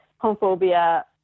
homophobia